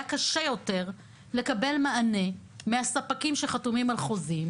קשה יותר לקבל מענה מהספקים שחתומים על חוזים,